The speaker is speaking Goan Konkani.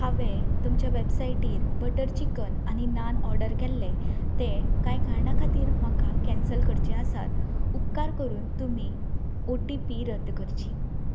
हांवें तुमच्या वेबसायटीर बटर चिकन आनी नान ऑर्डर केल्लें तें कांय कारणा खातीर म्हाका कँसल करचें आसा उपकार करून तुमी ओटीपी रद्द करची